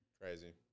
Crazy